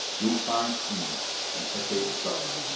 lupine-seed and hecate's supper,